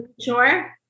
Sure